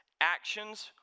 actions